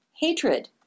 hatred